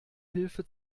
hilfe